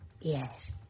Yes